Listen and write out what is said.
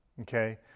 Okay